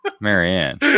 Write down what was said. Marianne